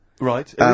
Right